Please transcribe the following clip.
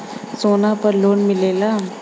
सोना पर लोन मिलेला?